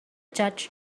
judge